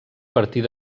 partir